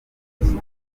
ukuboza